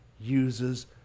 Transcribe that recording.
uses